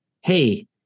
hey